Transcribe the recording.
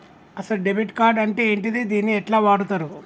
అసలు debit card అంటే ఏంటిది? దీన్ని ఎట్ల వాడుతరు?